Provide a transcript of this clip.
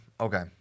Okay